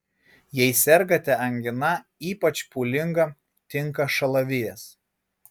jei sergate angina ypač pūlinga tinka šalavijas